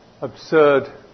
absurd